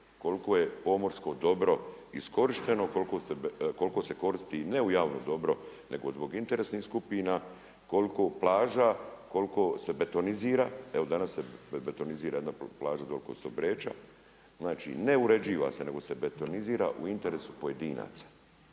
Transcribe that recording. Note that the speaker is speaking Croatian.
koliko je pomorsko dobro iskorišteno, koliko se koristi ne u javno dobro, nego zbog interesnih skupina, koliko plaža, koliko se betonizira, evo danas se betonizira jedna plaža dole kod Stobreča, ne uređiva se nego se betonizira u interesu pojedinaca.